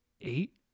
eight